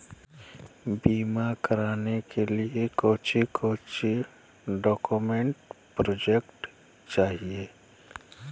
बीमा कराने के लिए कोच्चि कोच्चि डॉक्यूमेंट प्रोजेक्ट चाहिए?